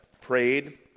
prayed